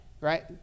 right